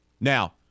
Now